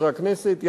חברי הכנסת,